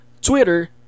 Twitter